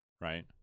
right